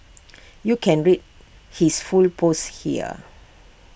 you can read his full post here